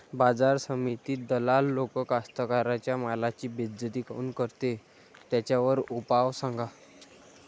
बाजार समितीत दलाल लोक कास्ताकाराच्या मालाची बेइज्जती काऊन करते? त्याच्यावर उपाव सांगा